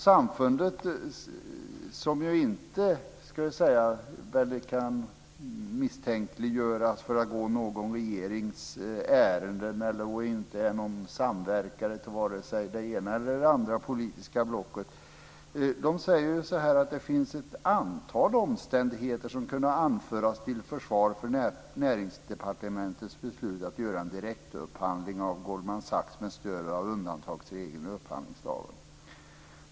Samfundet, som inte kan misstänkliggöras för att gå någon regerings ärenden och inte samverkar med vare sig det ena eller det andra politiska blocket, säger att det finns "ett antal omständigheter som skulle kunna anföras till försvar för Näringsdepartementets beslut att göra en direktupphandling från Goldman Sachs med stöd av undantagsregeln i upphandlingslagen.